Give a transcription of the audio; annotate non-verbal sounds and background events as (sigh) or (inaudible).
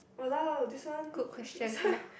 !walao! this one this one (laughs)